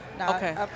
okay